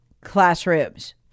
classrooms